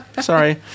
Sorry